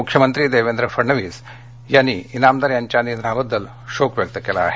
मुख्यमंत्री देवेंद्र फडणवीस यांनी इनामदार यांच्या निधनाबद्दल शोक व्यक्त केला आहे